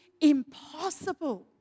impossible